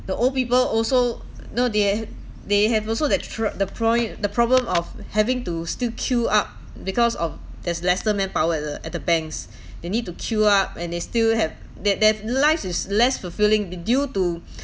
the old people also know they have they have also that throughout the point the problem of having to still queue up because of there's lesser manpower at the at the banks they need to queue up and they still have they they've lives is less fulfilling be due to